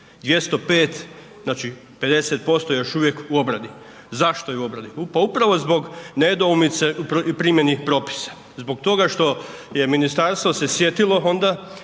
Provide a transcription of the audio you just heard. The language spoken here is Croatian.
205 znači, 50% još uvijek u obradi. Zašto je u obradi? Pa upravo zbog nedoumice i primjeni propisa, zbog toga što ministarstvo se sjetilo onda